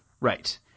Right